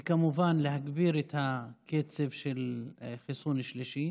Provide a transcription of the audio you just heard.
וכמובן, להגביר את הקצב של החיסון השלישי.